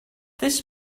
this